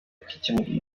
kwikemurira